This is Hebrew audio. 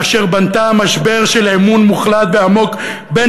אשר בנתה משבר אמון מוחלט ועמוק בין